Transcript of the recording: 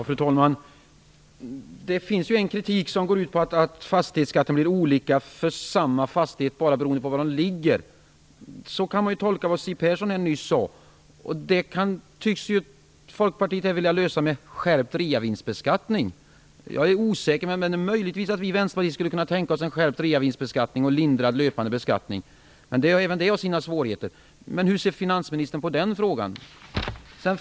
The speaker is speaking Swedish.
Fru talman! Det finns en kritik som går ut på att fastighetsskatten varierar för fastigheter beroende på läget. Så kan man tolka det som Siw Persson nyss sade här. Folkpartiet tycks vilja lösa detta genom skärpt reavinstbeskattning. Jag är osäker där, men möjligen skulle vi i Vänsterpartiet kunna tänka oss skärpt reavinstsbekattning och lindrad löpande beskattning. Även det har dock sina svårigheter. Hur ser finansministern på den saken?